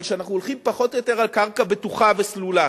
אבל שאנחנו הולכים פחות או יותר על קרקע בטוחה וסלולה.